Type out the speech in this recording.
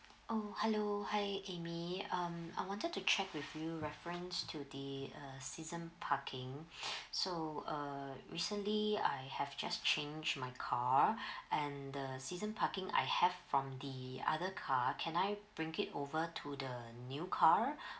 oh hello hi amy um I wanted to check with you reference to the uh season parking so err recently I have just change my car and the season parking I have from the other car can I bring it over to the new car